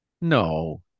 No